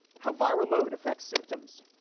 how viral load affects symptoms.